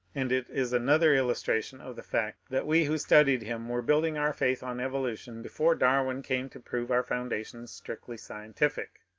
and it is another illustration of the fact that we who studied him were building our faith on evolution before darwin came to prove our foun dations strictly scientific.